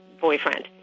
boyfriend